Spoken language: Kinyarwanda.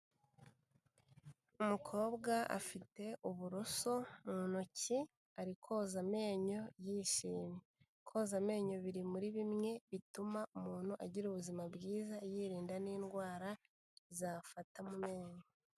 Umukobwa afite uburoso mu ntoki ari koza amenyo yishimye. Koza amenyo biri muri bimwe bituma umuntu agira ubuzima bwiza yirinda n'indwara zafata mu menyo.